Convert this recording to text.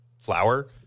flour